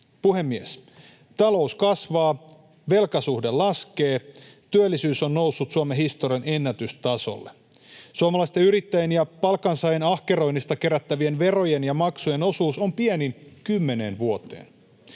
Puhemies! Talous kasvaa. Velkasuhde laskee. Työllisyys on noussut Suomen historian ennätystasolle. Suomalaisten yrittäjien ja palkansaajien ahkeroinnista kerättävien verojen ja maksujen osuus on pienin kymmeneen vuoteen.